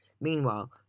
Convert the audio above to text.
Meanwhile